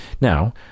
now